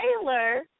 Taylor